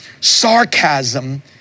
sarcasm